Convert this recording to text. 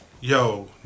yo